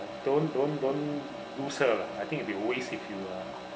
don't don't don't lose her I think it'll be waste if you uh